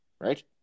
right